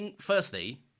Firstly